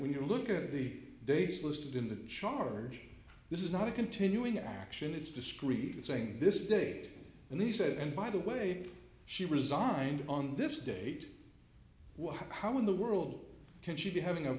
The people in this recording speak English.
when you look at the dates listed in the charge this is not a continuing action it's discreet it's saying this date and they said and by the way she resigned on this date what how in the world can she be having a